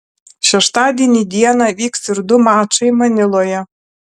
šeštadienį dieną vyks ir du mačai maniloje